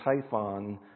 Typhon